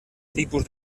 tipus